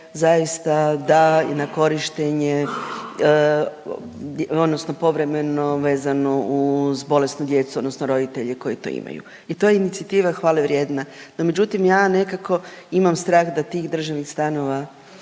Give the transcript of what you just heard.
zaista da na korištenje odnosno povremeno vezano uz bolesnu djecu odnosno roditelje koji to imaju. I to je inicijativa hvale vrijedna. No međutim ja nekako imam strah da tih državnih stanova